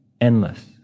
endless